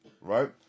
right